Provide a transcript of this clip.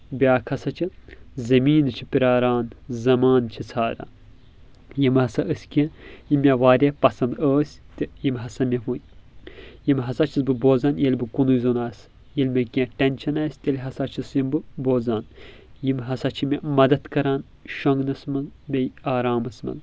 بیٚاکھ ہسا چھُ زمین چھِ پراران زمان چھُ ژھاران یِم ہسا أسۍ کینٛہہ یِم مےٚ واریاہ پسنٛد ٲسۍ تہٕ یِم ہسا مےٚ وُنۍ یِم ہسا چھُس بہٕ بوزان ییٚلہٕ بہٕ کُنُے زوٚن آسہٕ ییٚلہِ مےٚ کینٛہہ ٹنیشن آسہِ تیٚلہِ ہسا چھُس یِم بہٕ بوزان یِم ہسا چھِ مےٚ مدد کران شۄگنس منٛز بییٚہِ آرامس منٛز